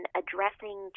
addressing